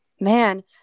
Man